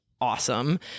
awesome